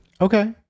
okay